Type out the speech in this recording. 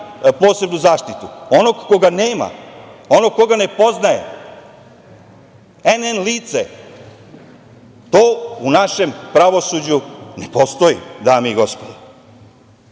posebnu zaštitu, onog koga nema, onog koga ne poznaje, NN licu? To u našem pravosuđu ne postoji, dame i gospodo?